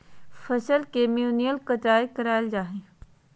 फसल के मैन्युअल कटाय कराल जा हइ